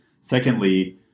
secondly